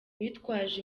bitwaje